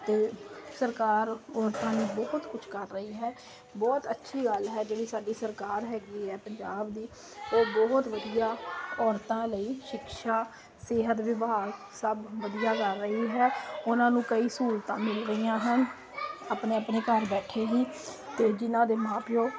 ਅਤੇ ਸਰਕਾਰ ਔਰਤਾਂ ਨੂੰ ਬਹੁਤ ਕੁਛ ਕਰ ਰਹੀ ਹੈ ਬਹੁਤ ਅੱਛੀ ਗੱਲ ਹੈ ਜਿਹੜੀ ਸਾਡੀ ਸਰਕਾਰ ਹੈਗੀ ਐ ਪੰਜਾਬ ਦੀ ਉਹ ਬਹੁਤ ਵਧੀਆ ਔਰਤਾਂ ਲਈ ਸ਼ਿਕਸ਼ਾ ਸਿਹਤ ਵਿਭਾਗ ਸਭ ਵਧੀਆ ਕਰ ਰਹੀ ਹੈ ਉਹਨਾਂ ਨੂੰ ਕਈ ਸਹੂਲਤਾਂ ਮਿਲ ਰਹੀਆਂ ਹਨ ਆਪਣੇ ਆਪਣੇ ਘਰ ਬੈਠੇ ਹੀ ਅਤੇ ਜਿਨ੍ਹਾਂ ਦੇ ਮਾਂ ਪਿਓ